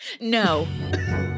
No